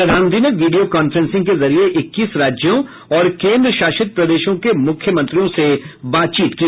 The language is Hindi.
प्रधानमंत्री ने वीडियो कांफ्रेंसिंग के जरिए इक्कीस राज्यों और केंद्र शासित प्रदेशों के मुख्यमंत्रियों से बातचीत की